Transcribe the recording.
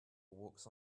walks